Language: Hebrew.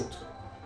זה מיסיון.